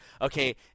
Okay